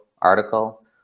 article